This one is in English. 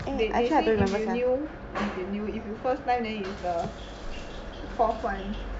eh they say if you new if you new if you first time then is the fourth [one]